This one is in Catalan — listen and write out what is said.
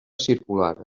circular